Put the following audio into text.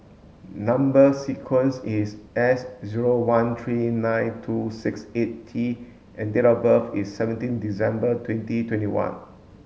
number sequence is S zero one three nine two six eight T and date of birth is seventeen December twenty twenty one